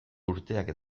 urteak